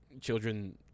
children